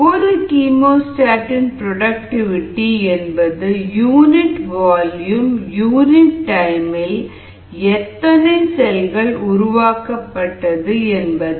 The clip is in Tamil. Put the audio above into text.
ஒரு கீமோஸ்டாட் இன் புரோடக்டிவிடி என்பது யூனிட் வால்யூம் யூனிட் டைமில் எத்தனை செல்கள் உருவாக்கப்பட்டது என்பதே